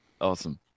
Awesome